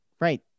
Right